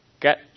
get